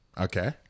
Okay